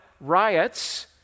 riots